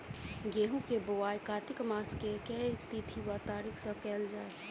गेंहूँ केँ बोवाई कातिक मास केँ के तिथि वा तारीक सँ कैल जाए?